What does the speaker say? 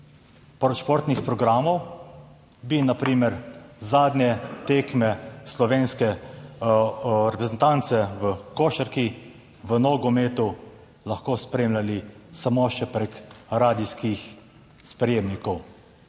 športnih programov, bi na primer zadnje tekme slovenske reprezentance v košarki, v nogometu lahko spremljali samo še preko radijskih sprejemnikov,